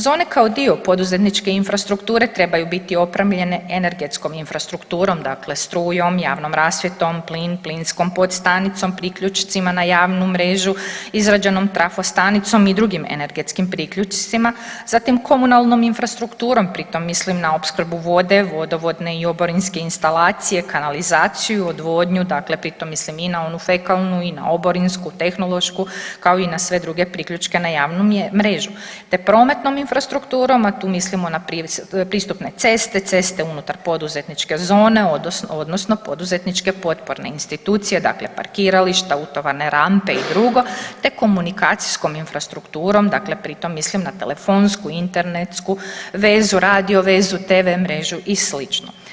Zone kao dio poduzetničke infrastrukture trebaju biti opremljene energetskom infrastrukturom dakle strujom, javnom rasvjetom, plinskom podstanicom, priključcima na javnu mrežu, izrađenom trafostanicom i drugim energetskim priključcima, zatim komunalnom infrastrukturom pri tom mislim na opskrbu vode, vodovodne i oborinske instalacije, kanalizaciju, odvodnju dakle pri tom mislim i na onu fekalnu i na oborinsku, tehnološku kao i na sve druge priključke na javnu mrežu te prometnom infrastrukturom, a tu mislimo na pristupne ceste, ceste unutar poduzetničke zone odnosno poduzetničke potporne institucije, dakle parkirališta, utovarne rampe i drugo te komunikacijskom infrastrukturom, dakle pri tom mislim na telefonsku, internetsku vezu, radio vezu, tv mrežu i slično.